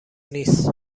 نیست